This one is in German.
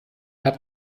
habe